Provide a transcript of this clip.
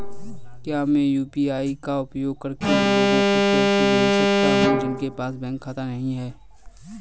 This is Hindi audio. क्या मैं यू.पी.आई का उपयोग करके उन लोगों को पैसे भेज सकता हूँ जिनके पास बैंक खाता नहीं है?